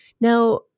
Now